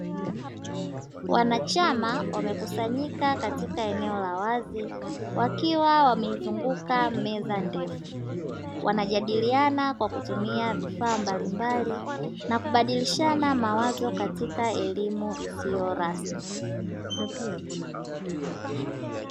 Wanachama wamekusanyika katika eneo la wazi wakiwa wameizunguka meza ndefu wanajadiliana kwa kutumia vifaa mbalimbali na kubadilishana mawazo katika elimu isiyo rasmi.